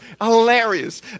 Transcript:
hilarious